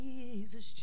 Jesus